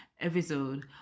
episode